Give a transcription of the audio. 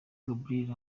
gabriel